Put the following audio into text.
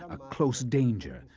a close danger,